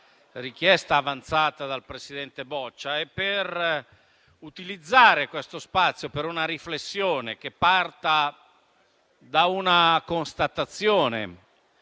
richiesta avanzata dal presidente Boccia e per utilizzare questo spazio per una riflessione, che parte da una constatazione.